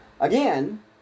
Again